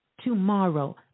tomorrow